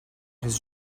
his